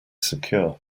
secure